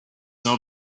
not